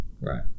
Right